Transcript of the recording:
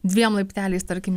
dviem laipteliais tarkim